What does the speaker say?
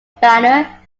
banner